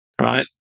right